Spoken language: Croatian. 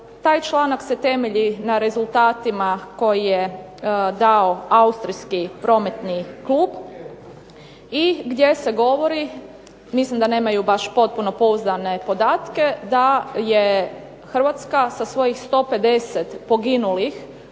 Taj članak se temelji na rezultatima koji je dao Austrijski prometni klub i gdje se govori, mislim da nemaju baš potpuno pouzdane podatke da je Hrvatska sa svojih 150 poginulih